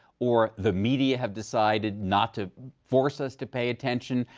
or the media have decided not to force us to pay attention.